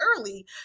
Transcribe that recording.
early